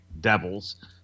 devils